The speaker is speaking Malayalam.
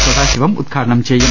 സദാശിവം ഉദ്ഘാടനം ചെയ്യും